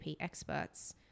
experts